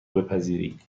بپذیری